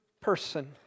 person